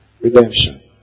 Redemption